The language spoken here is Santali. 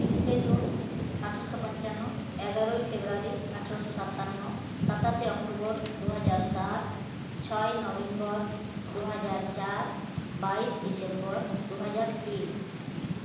ᱛᱤᱨᱤᱥᱮ ᱡᱩᱱ ᱟᱴᱷᱮᱨᱚᱥᱚ ᱯᱚᱧᱪᱟᱱᱱᱚ ᱮᱜᱟᱨᱚᱭ ᱯᱷᱮᱵᱽᱨᱟᱨᱤ ᱟᱴᱷᱮᱨᱚᱥᱚ ᱥᱟᱛᱟᱱᱱᱚ ᱥᱟᱛᱟᱥᱮ ᱚᱠᱴᱚᱵᱚᱨ ᱫᱩ ᱦᱟᱡᱟᱨ ᱥᱟᱛ ᱪᱷᱚᱭ ᱱᱚᱵᱷᱮᱢᱵᱚᱨ ᱫᱩ ᱦᱟᱡᱟᱨ ᱪᱟᱨ ᱵᱟᱭᱤᱥ ᱰᱤᱥᱮᱢᱵᱚᱨ ᱫᱩ ᱦᱟᱡᱟᱨ ᱛᱤᱱ